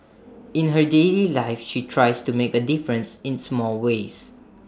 in her daily life she tries to make A difference in small ways